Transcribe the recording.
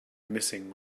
missing